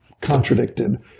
contradicted